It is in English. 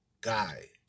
guy